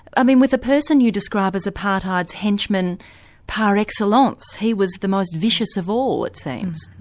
i mean with a person you describe as apartheid's henchman par excellence, he was the most vicious of all it seems.